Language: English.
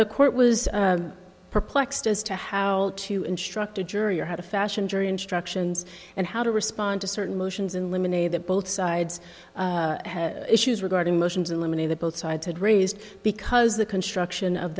the court was perplexed as to how to instruct a jury or how to fashion jury instructions and how to respond to certain motions in limine a that both sides issues regarding motions in limine a that both sides had raised because the construction of